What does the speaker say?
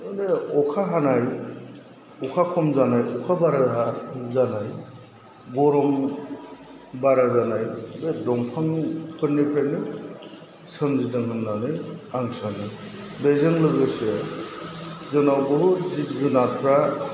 माने अखा हानाय अखा खम जानाय अखा बारा हाया जानाय गरम बारा जानाय बे दंफां फोरनिफ्रायनो सोमजिदों हाननानै आं साननो बेजों लोगोसे जोंनाव बहुथ जिब जुनारफ्रा